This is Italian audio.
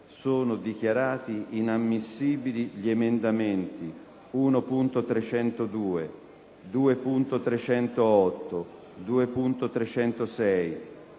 dichiaro inammissibili gli emendamenti 1.302, 2.308, 2.306,